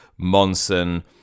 monson